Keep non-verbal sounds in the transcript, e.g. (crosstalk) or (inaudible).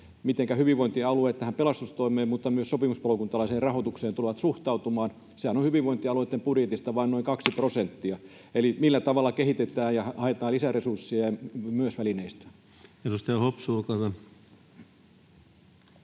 mitenkä hyvinvointialueet tähän pelastustoimeen mutta myös sopimuspalokuntalaisten rahoitukseen tulevat suhtautumaan — sehän on hyvinvointialueitten budjetista vain noin kaksi prosenttia — (noise) eli millä tavalla kehitetään ja haetaan lisäresursseja ja myös välineistöä. Edustaja Hopsu, olkaa hyvä.